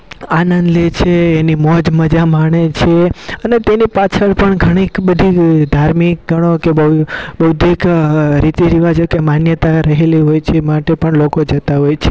આનંદ લે છે એની મોજ મજા માણે છે અને તેની પાછળ પણ ઘણીક બધી ધાર્મિક ગણો કે બહુ બૌદ્ધિક રીતિરિવાજો કે માન્યતા રહેલી હોય છે એ માટે પણ લોકો જતા હોય છે